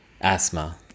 Asthma